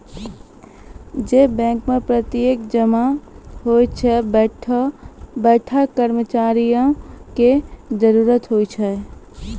जै बैंको मे प्रत्यक्ष जमा होय छै वैंठा कर्मचारियो के जरुरत होय छै